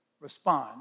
respond